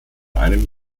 einem